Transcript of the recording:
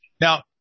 Now